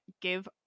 give